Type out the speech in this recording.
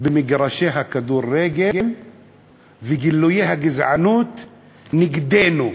במגרשי הכדורגל וגילויי הגזענות נגדנו,